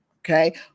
Okay